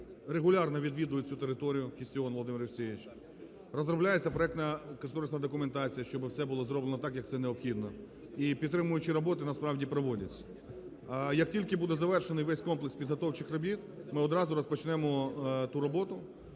регулярно відвідує цю територію – Кістіон Володимир Олексійович. Розробляється проектно-кошторисна документація, щоби все було зроблено так, як це необхідно, і підтримуючі роботи насправді проводяться. Як тільки буде завершений весь комплекс підготовчих робіт, ми одразу розпочнемо ту роботу,